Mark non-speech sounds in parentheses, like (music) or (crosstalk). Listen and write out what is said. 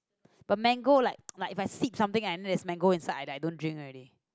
but mango like (noise) like if I sip something and then there's mango inside I do~ I don't drink already